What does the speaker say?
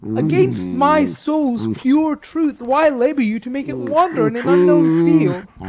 against my soul's pure truth why labour you to make it wander in an unknown field?